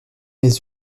mes